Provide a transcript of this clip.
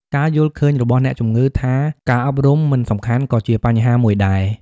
ការយល់ឃើញរបស់អ្នកជំងឺថាការអប់រំមិនសំខាន់ក៏ជាបញ្ហាមួយដែរ។